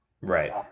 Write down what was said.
Right